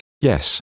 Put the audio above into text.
yes